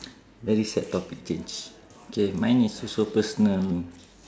very sad topic change K mine is also personal [one]